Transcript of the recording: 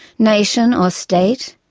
nation or state.